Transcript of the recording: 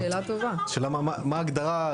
השאלה מה ההגדרה.